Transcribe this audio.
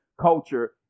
culture